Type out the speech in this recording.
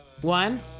One